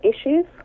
issues